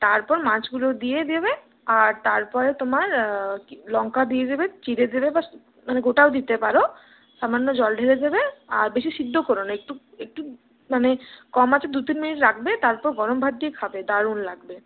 তারপর মাছগুলো দিয়ে দেবে আর তার পরে তোমার কি লঙ্কা দিয়ে দেবে চিরে দেবে বা মানে গোটাও দিতে পারো সামান্য জল ঢেলে দেবে আর বেশি সেদ্ধ করো না একটু একটু মানে কম আঁচে দু তিন মিনিট রাখবে তারপর গরম ভাত দিয়ে খাবে দারুণ লাগবে